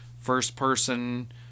first-person